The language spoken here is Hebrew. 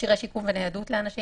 מכשירי שיקום וניידות לאנשים.